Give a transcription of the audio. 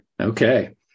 Okay